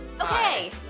Okay